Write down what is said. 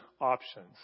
options